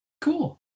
Cool